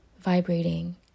vibrating